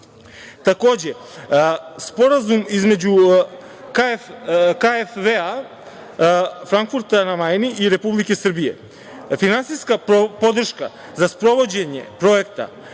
smislu. Takođe, sporazum između KfW Frankfurta na Majni i Republike Srbije. Finansijska podrška za sprovođenje projekta